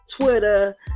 Twitter